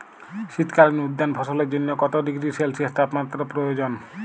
শীত কালীন উদ্যান ফসলের জন্য কত ডিগ্রী সেলসিয়াস তাপমাত্রা প্রয়োজন?